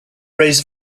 raised